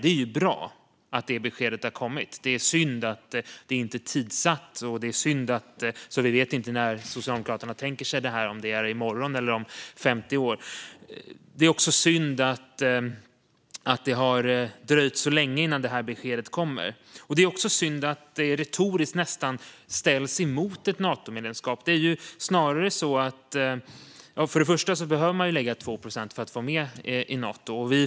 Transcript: Det är bra att det beskedet har kommit. Det är synd att det inte är tidssatt. Vi vet inte när Socialdemokraterna tänker sig det här, om det är i morgon eller om 50 år. Det är synd att det dröjde så länge innan det här beskedet kom. Det är också synd att det retoriskt nästan ställs mot ett Natomedlemskap. Man behöver lägga 2 procent för att vara med i Nato.